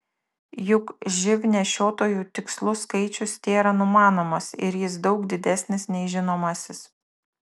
juk živ nešiotojų tikslus skaičius tėra numanomas ir jis daug didesnis nei žinomasis